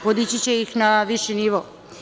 Podići će ih na viši nivo.